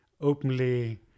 openly